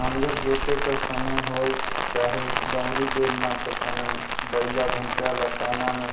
नांगर जोते कर समे होए चहे दउंरी, बेलना कर समे बइला भइसा ल पैना मे